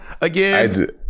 again